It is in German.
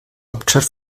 hauptstadt